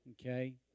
okay